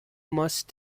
must